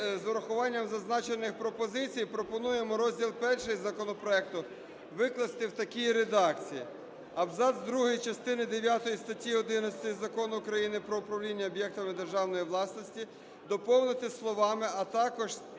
з урахуванням зазначених пропозицій пропонуємо розділ І законопроекту викласти в такій редакції: "Абзац другий частини дев'ятої статті 11 Закону України "Про управління об'єктами державної власності" доповнити словами "а також